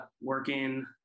working